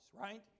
right